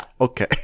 okay